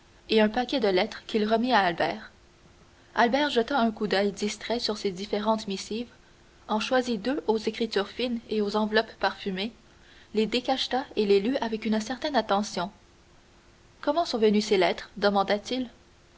et un paquet de lettres qu'il remit à albert albert jeta un coup d'oeil distrait sur ces différentes missives en choisit deux aux écritures fines et aux enveloppes parfumées les décacheta et les lut avec une certaine attention comment sont venues ces lettres demanda-t-il